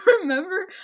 remember